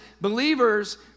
believers